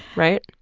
right?